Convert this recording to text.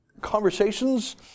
conversations